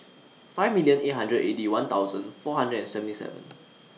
five million eight hundred and Eighty One thousand four hundred and seventy seven